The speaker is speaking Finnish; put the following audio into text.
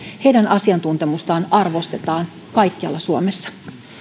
heidän asiantuntemustaan arvostetaan kaikkialla suomessa